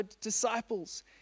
disciples